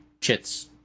chits